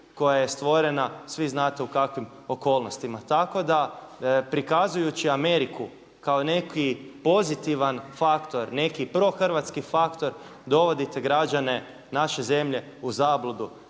koja je stvorena, svi znate u kakvim okolnostima. Tako da prikazujući Ameriku kao neki pozitivan faktor, neki prohrvatski faktor dovodite građane naše zemlje u zabludu